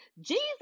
Jesus